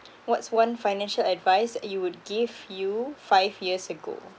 what's one financial advice you would give you five years ago